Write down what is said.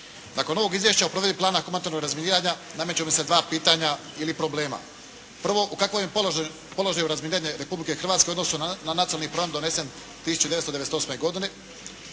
Nakon ovog Izvješća o provedbi plana humanitarnog razminiranja nameću mi se dva pitanja ili problema. Prvo, u kakvom je položaju razminiranje Republike Hrvatske u odnosu na nacionalni program donesen 1998. godine